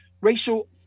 racial